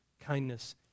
kindness